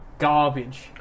garbage